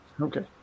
Okay